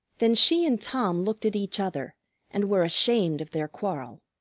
then she and tom looked at each other and were ashamed of their quarrel.